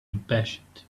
impatient